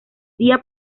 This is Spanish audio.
día